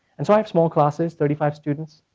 and so i have small classes, thirty five students.